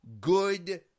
Good